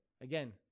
Again